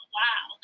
wow